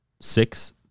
Six